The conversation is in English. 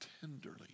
tenderly